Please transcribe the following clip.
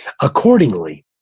Accordingly